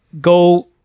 go